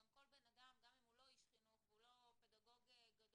גם כל אדם גם אם הוא לא איש חינוך ולא פדגוג גדול